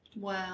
Wow